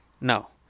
No